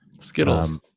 Skittles